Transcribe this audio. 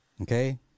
Okay